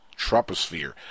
troposphere